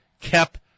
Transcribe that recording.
kept